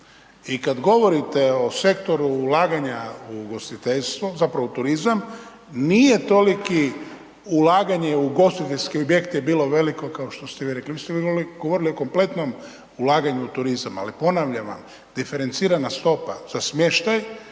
I kad govorite o sektoru ulaganja u ugostiteljstvo, zapravo u turizma, nije toliko ulaganje u ugostiteljske objekte bilo veliko kao što ste vi rekli, vi ste govorili o kompletnom ulaganju u turizam ali ponavljam vam, diferencirana stopa za smještaj